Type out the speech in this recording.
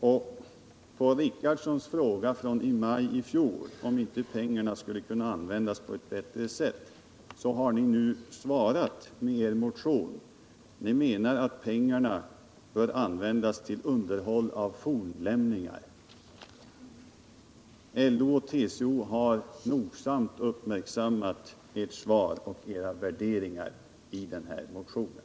På den fråga som Gunnar Richardson ställde i maj i fjol och som gällde om inte pengarna skulle kunna användas på ett bättre sätt har ni från moderat håll svarat med er motion. Ni menar att pengarna bör användas till underhåll av fornlämningar. LO och TCO har nogsamt uppmärksammat ert svar och era värderingar i den här motionen.